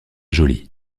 jolie